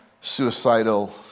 suicidal